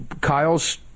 Kyle's